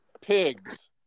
pigs